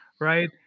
Right